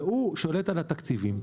והוא שולט על התקציבים.